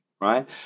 right